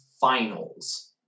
Finals